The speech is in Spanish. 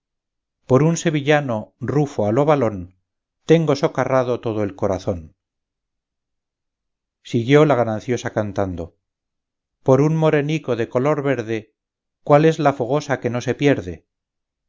por un sevillano rufo a lo valón tengo socarrado todo el corazón siguió la gananciosa cantando por un morenico de color verde cuál es la fogosa que no se pierde